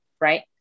right